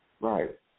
Right